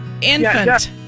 Infant